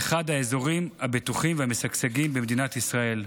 אחד האזורים הבטוחים והמשגשגים במדינת ישראל.